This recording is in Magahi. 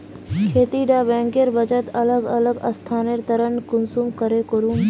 खेती डा बैंकेर बचत अलग अलग स्थानंतरण कुंसम करे करूम?